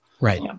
right